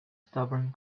stubborn